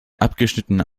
abgeschnittene